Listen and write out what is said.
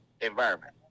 environment